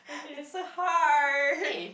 it's a heart